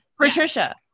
patricia